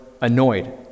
annoyed